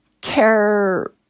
care